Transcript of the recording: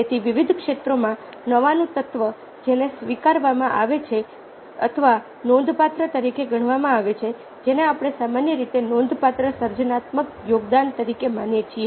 તેથી વિવિધ ક્ષેત્રોમાં નવાનું તત્વ જેને સ્વીકારવામાં આવે છે અથવા નોંધપાત્ર તરીકે ગણવામાં આવે છે જેને આપણે સામાન્ય રીતે નોંધપાત્ર સર્જનાત્મક યોગદાન તરીકે માનીએ છીએ